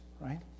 right